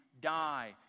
die